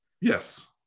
Yes